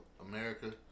America